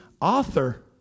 Author